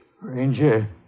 Ranger